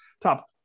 top